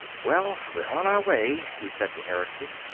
well, we're on our way, he said to erickson.